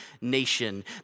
nation